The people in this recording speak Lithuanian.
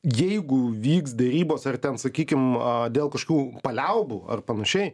jeigu vyks derybos ar ten sakykim dėl kažkokių paliaubų ar panašiai